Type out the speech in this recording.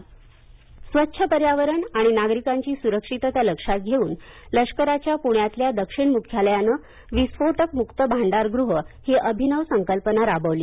विस्फोटक मक्त भांडारगह स्वच्छ पर्यावरण आणि नागरिकांची सूरक्षितता लक्षात घेऊन लष्कराच्या पृण्यातल्या दक्षिण मूख्यालयानं विस्फोटक मुक्त भांडारगृह ही अभिनव संकल्पना राबवली